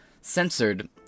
censored